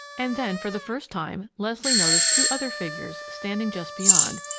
and then, for the first time, leslie noticed two other figures standing just beyond,